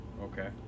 Okay